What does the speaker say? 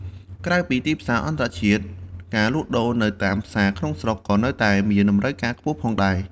ក្រៅពីទីផ្សារអន្តរជាតិ ការលក់ដូរនៅតាមផ្សារក្នុងស្រុកក៏នៅតែមានតម្រូវការខ្ពស់ផងដែរ។